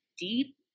deep